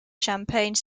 champagne